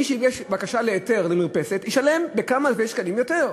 מי שהגיש בקשה להיתר למרפסת ישלם כמה אלפי שקלים יותר,